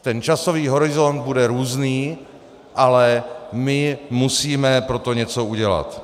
Ten časový horizont bude různý, ale musíme pro to něco udělat.